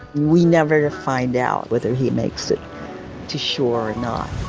we never find out whether he makes it to shore or not